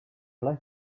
like